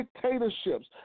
dictatorships